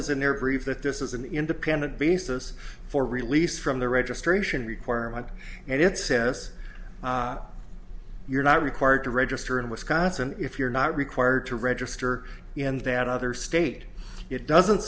is in there proof that this is an independent basis for release from the registration requirement and it says you're not required to register in wisconsin if you're not required to register and that other state it doesn't